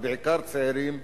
ובעיקר צעירים,